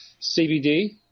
CBD